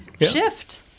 shift